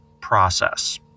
process